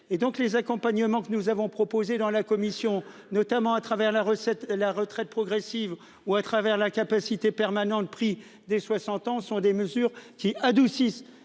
les accompagnements que nous avons proposé dans la commission, notamment à travers la recette. La retraite progressive ou à travers l'incapacité permanente, prix des 60 ans sont des mesures qui adoucissent